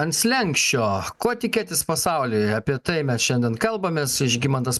ant slenksčio ko tikėtis pasaulyje apie tai mes šiandien kalbamės žygimantas